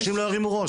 שאנשים לא ירימו ראש.